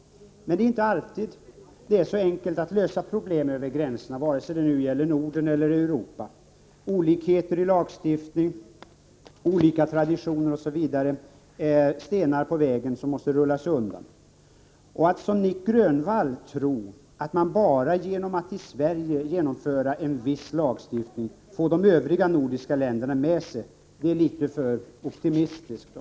Men det är inte alltid lätt att lösa problem över gränserna, oavsett om det gäller Norden eller Europa. Olikheter i lagstiftning, olika traditioner osv. är stenar på vägen som måste rullas undan. Att som Nic Grönvall tro att man bara genom att i Sverige genomföra en viss lagstiftning kan få de övriga nordiska länderna med sig är litet för optimistiskt.